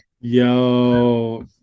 Yo